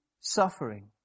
Suffering